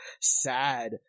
sad